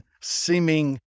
seeming